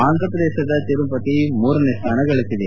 ಆಂಧ್ರಪ್ರದೇಶದ ತಿರುಪತಿ ಮೂರನೇ ಸ್ವಾನಗಳಿಸಿದೆ